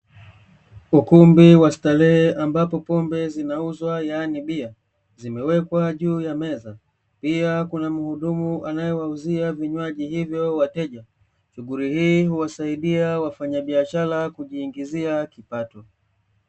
Ukumbi wa starehe, ambapo pombe zinauzwa, yaani bia zimewekwa juu ya meza, pia kuna mhudumu anayewauzia vinywaji hivyo wateja. Shughuli hii huwasaidia wafanyabiashara kujiingizia kipato.